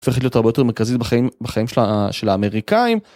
‫הופכת להיות הרבה יותר מרכזית ‫בחיים של האמריקאים.